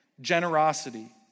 generosity